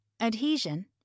adhesion